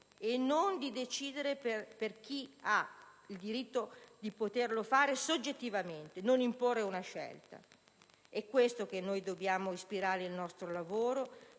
quello di decidere per chi ha il diritto di poterlo fare soggettivamente, non quello di imporre una scelta. A questo dobbiamo ispirare il nostro lavoro,